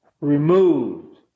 removed